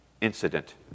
incident